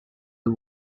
the